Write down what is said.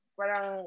parang